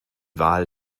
wahl